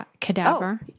cadaver